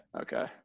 Okay